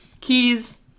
Keys